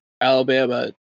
Alabama